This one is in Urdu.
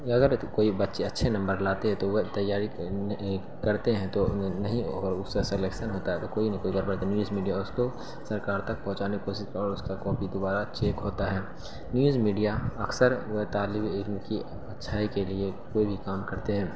اگر یا تو کوئی بچے اچھے نمبر لاتے ہیں تو وہ تیاری کرتے ہیں تو نہیں اگر اس کا سلیکسن ہوتا ہے تو کوئی نہ کوئی گڑبڑ نیوز میڈیا اس کو سرکار تک پہنچانے کی کوشش اور اس کا کاپی دوبارہ چیک ہوتا ہے نیوز میڈیا اکثر طالبِ علم کی اچھائی کے لیے کوئی بھی کام کرتے ہیں